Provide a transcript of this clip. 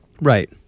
Right